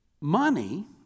money